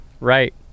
Right